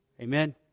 Amen